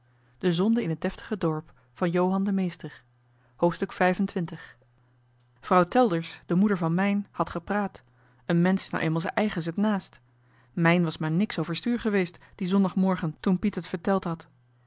de zonde in het deftige dorp vijf en twintigste hoofdstuk vrouw telders de moeder van mijn had gepraat een mensch is nou eenmaal ze'n eiges het naast mijn was maar niks over stuur geweest die zondagmorgen toen piet het verteld had